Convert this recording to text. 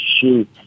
Shoot